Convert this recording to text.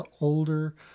older